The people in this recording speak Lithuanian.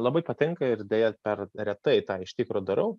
labai patinka ir deja per retai tai iš tikro darau